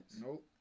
Nope